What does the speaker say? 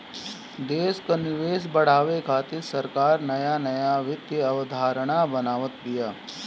देस कअ निवेश बढ़ावे खातिर सरकार नया नया वित्तीय अवधारणा बनावत बिया